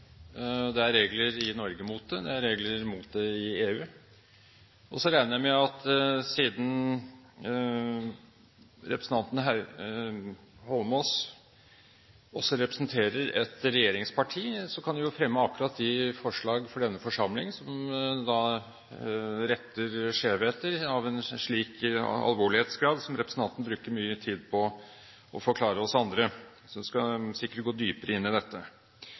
siden representanten Holmås også representerer et regjeringsparti, kan jo partiet fremme akkurat de forslag for denne forsamling som retter skjevheter av en slik alvorlighetsgrad, som representanten bruker mye tid på å forklare oss andre. Så skal vi sikkert gå dypere inn i dette.